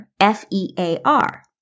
F-E-A-R